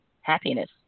happiness